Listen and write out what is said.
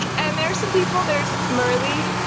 and there's some people. there's marley,